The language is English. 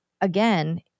again